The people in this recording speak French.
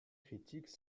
critiques